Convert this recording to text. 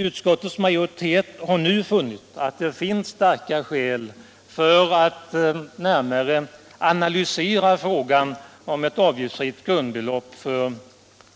Utskottets majoritet har nu funnit att det finns starka skäl för att närmare analysera frågan om ett avgiftsfritt grundbelopp för